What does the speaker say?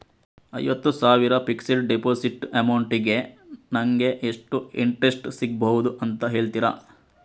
ಐವತ್ತು ಸಾವಿರ fixed deposit amount ಗೆ ನಂಗೆ ಎಷ್ಟು ಇಂಟ್ರೆಸ್ಟ್ ಸಿಗ್ಬಹುದು ಅಂತ ಹೇಳ್ತೀರಾ?